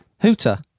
Hooter